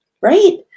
right